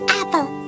apple